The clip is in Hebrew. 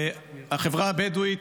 החברה הבדואית